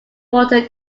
water